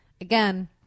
again